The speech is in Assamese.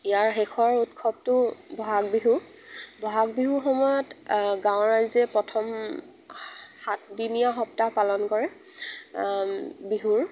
ইয়াৰ শেষৰ উৎসৱটো ব'হাগ বিহু ব'হাগ বিহুৰ সময়ত গাঁৱৰ ৰাইজে প্ৰথম সাতদিনীয়া সপ্তাহ পালন কৰে বিহুৰ